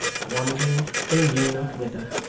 wandering they knew not whither.